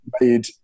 Made